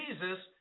Jesus